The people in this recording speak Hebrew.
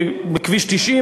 בכביש 90,